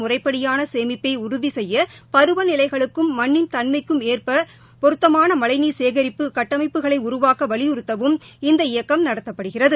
முறைப்படியானசேமிப்பைஉறுதிசெய்யபருவநிலைகளுக்கும் மண்ணீர் மழைநீரின் தன்மைக்கும் பொருத்தமானமழழநீர் சேகரிப்பு கட்டமைப்புகளைஉருவாக்கவலியுறுத்தவும் இந்த இயக்கம் நடத்தப்படுகிறது